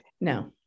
No